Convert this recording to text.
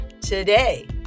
today